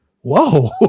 whoa